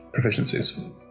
proficiencies